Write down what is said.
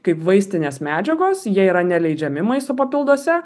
kaip vaistinės medžiagos jie yra neleidžiami maisto papilduose